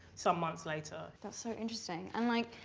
some months later. that's so interesting and like